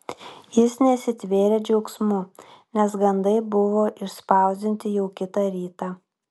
jis nesitvėrė džiaugsmu nes gandai buvo išspausdinti jau kitą rytą